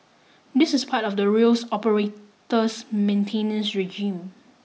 this is part of the rails operator's maintenance regime